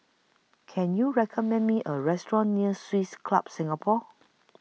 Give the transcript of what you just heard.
Can YOU recommend Me A Restaurant near Swiss Club Singapore